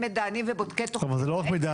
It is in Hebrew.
מידענים ובודקי תוכניות --- אבל זה לא מידענים,